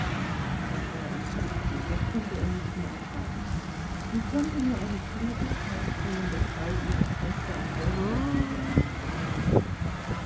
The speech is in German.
das war ihm zuviel das konnte er nicht mehr ertragen wie konnte nur eine kluge zartfühlende frau ihre schwester in solcher weise erniedrigen